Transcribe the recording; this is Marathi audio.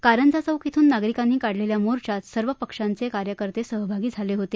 कारंजा चौक श्रिन नागरिकांनी काढलेल्या मोर्चात सर्वपक्षांचे कार्यकर्ते सहभागी झाले होते